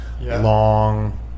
long